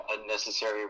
unnecessary